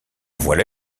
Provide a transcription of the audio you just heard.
voilà